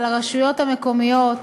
הרשויות המקומיות,